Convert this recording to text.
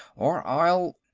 or i'll.